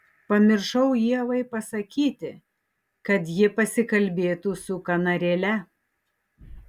pamiršau ievai pasakyti kad ji pasikalbėtų su kanarėle